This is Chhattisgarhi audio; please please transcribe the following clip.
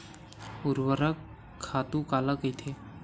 ऊर्वरक खातु काला कहिथे?